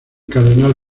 cardenal